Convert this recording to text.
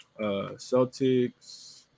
Celtics